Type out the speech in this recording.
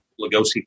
Lugosi